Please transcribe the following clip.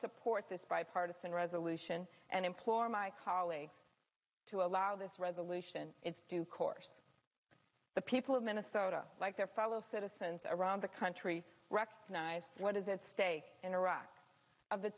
support this bipartisan resolution and implore my colleagues to allow this resolution its due course the people of minnesota like their fellow citizens around the country recognize what is at stake in iraq of the